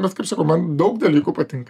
bet kaip sakau man daug dalykų patinka